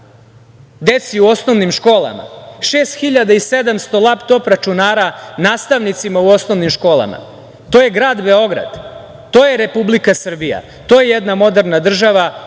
deci u osnovnim školama, 6.700 lap-top računara nastavnicima u osnovnim školama. To je grad Beograd, to je Republika Srbija. To je jedna moderna država